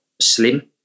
slim